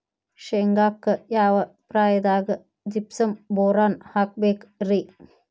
ಶೇಂಗಾಕ್ಕ ಯಾವ ಪ್ರಾಯದಾಗ ಜಿಪ್ಸಂ ಬೋರಾನ್ ಹಾಕಬೇಕ ರಿ?